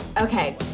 okay